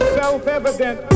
self-evident